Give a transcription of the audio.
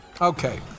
Okay